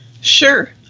Sure